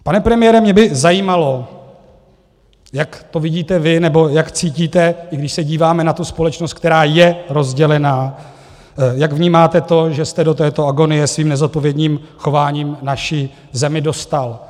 Pane premiére, mě by zajímalo, jak to vidíte vy, nebo jak cítíte když se díváme na tu společnost, která je rozdělená jak vnímáte to, že jste do této agonie svým nezodpovědným chováním naši zemi dostal.